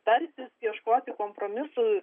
tartis ieškoti kompromisų